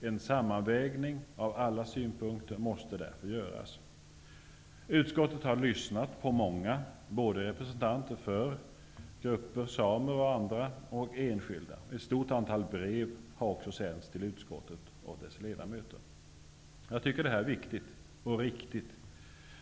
En sammanvägning av alla synpunkter måste därför göras. Uskottet har lyssnat på många representanter för såväl samer och andra grupper som enskilda. Ett stort antal brev har försänts till utskottet och dess ledamöter. Detta är viktigt och riktigt.